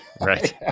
right